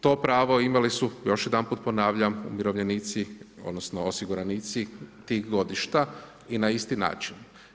To pravo imali su, još jedanput ponavljam umirovljenici odnosno osiguranici tih godišta i na isti način.